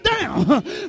down